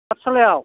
पाटसालायाव